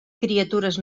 criatures